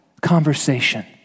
conversation